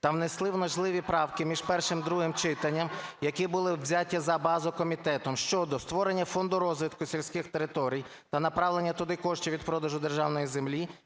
та внесли можливі правки між першим, другим читанням, які були взяті за базу комітетом щодо створення фонду розвитку сільських територій та направлення туди коштів від продажу державної землі,